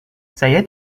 saya